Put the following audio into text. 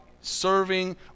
serving